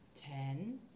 Ten